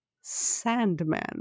Sandman